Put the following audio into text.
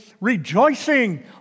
rejoicing